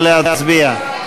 נא להצביע.